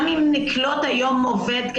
גם אם נקלוט היום עובד,